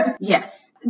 Yes